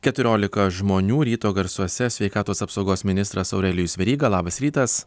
keturiolika žmonių ryto garsuose sveikatos apsaugos ministras aurelijus veryga labas rytas